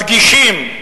מדגישים,